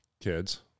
kids